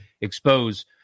expose